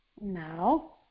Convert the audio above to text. No